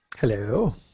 Hello